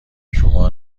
شما